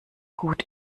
gut